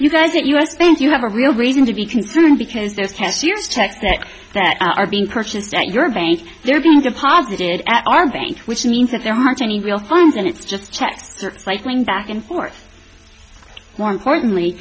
you guys at us bank you have a real reason to be concerned because there's cashiers checks that that are being purchased at your bank they're being deposited at our bank which means that there aren't any real funds and it's just checked going back and forth more importantly